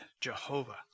Jehovah